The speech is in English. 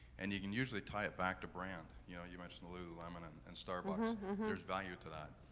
and you can usually tie it back to brand, you know, you mentioned lululemon an and starbucks, there is value to that.